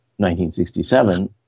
1967